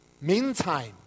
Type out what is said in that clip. Meantime